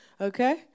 Okay